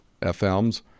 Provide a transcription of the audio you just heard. FMs